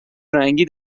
رنگی